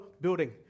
building